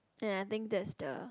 and I think that's the